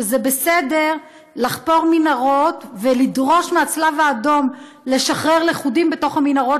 שזה בסדר לחפור מנהרות ולדרוש מהצלב האדום לשחרר לכודים בתוך המנהרות,